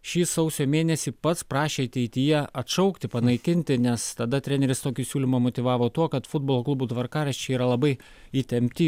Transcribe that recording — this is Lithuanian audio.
šį sausio mėnesį pats prašė ateityje atšaukti panaikinti nes tada treneris tokį siūlymą motyvavo tuo kad futbolo klubų tvarkaraščiai yra labai įtempti